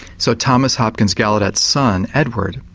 so thomas hopkins gallaudet's son, edward,